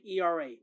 ERA